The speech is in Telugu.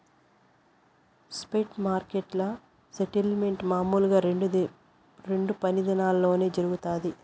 స్పాట్ మార్కెట్ల సెటిల్మెంట్ మామూలుగా రెండు పని దినాల్లోనే జరగతాది